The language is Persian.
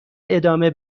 ادامه